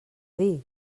dir